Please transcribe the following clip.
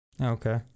okay